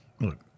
look